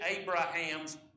Abraham's